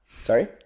sorry